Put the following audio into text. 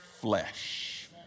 flesh